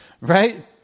Right